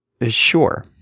Sure